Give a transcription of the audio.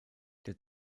der